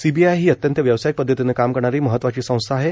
CBI ही अत्यंत व्यावसायिक पद्धतीनं काम करणारी महत्वाची संस्था आहे